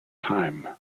time